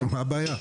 מה הבעיה?